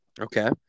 Okay